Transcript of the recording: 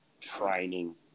training